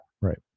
right